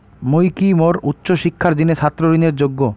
মুই কি মোর উচ্চ শিক্ষার জিনে ছাত্র ঋণের যোগ্য?